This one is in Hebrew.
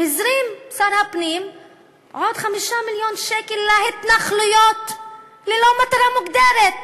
הזרים שר הפנים עוד 5 מיליון שקל להתנחלויות ללא מטרה מוגדרת.